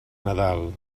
nadal